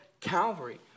Calvary